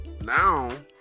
Now